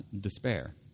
despair